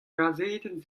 gazetenn